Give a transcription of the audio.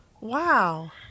Wow